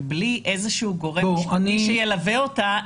ובלי איזשהו גורם שילווה אותה,